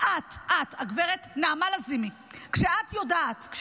את, את, גב' נעמה לזימי, כשאת יודעת